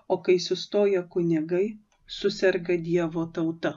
o kai sustoja kunigai suserga dievo tauta